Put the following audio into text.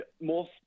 more